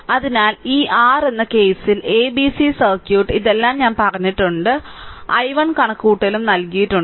അതിനാൽ ഇ r എന്ന കേസിൽ a b c സർക്യൂട്ട് ഇതെലാം ഞാൻ പറഞ്ഞിട്ടുണ്ട് i 1 കണക്കുകൂട്ടലും നൽകിയിട്ടുണ്ട്